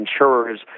insurers